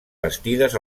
bastides